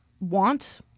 want